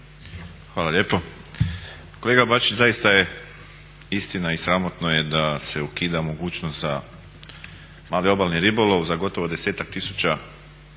Hvala lijepo. Kolega Bačić zaista je istina i sramotno je da se ukida mogućnost za mali obalni ribolov za gotovo desetak tisuća